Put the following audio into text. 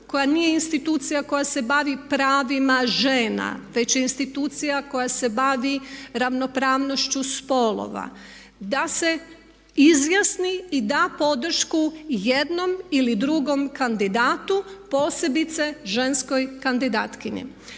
koja nije institucija koja se bavi pravima žena već je institucija koja se bavi ravnopravnošću spolova da se izjasni i da podršku jednom ili drugom kandidatu posebice ženskoj kandidatkinji.